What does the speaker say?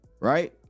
right